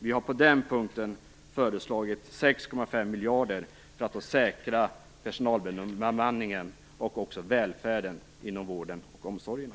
Vi har på den punkten föreslagit 6,5 miljarder för att säkra personalbemanningen och även välfärden inom vården och omsorgerna.